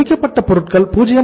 முடிக்கப்பட்ட பொருட்கள் 0